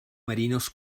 marinos